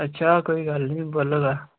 अच्छा कोई गल्ल नि बोल्ले दा